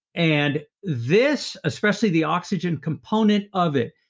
and this, especially the oxygen component of it,